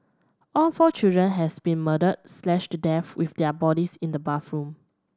all four children has been murdered slashed to death with their bodies in the bathroom